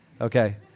Okay